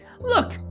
Look